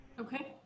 Okay